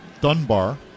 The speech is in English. Dunbar